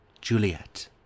Juliet